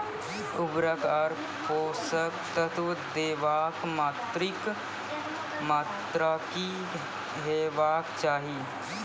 उर्वरक आर पोसक तत्व देवाक मात्राकी हेवाक चाही?